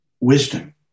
wisdom